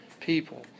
people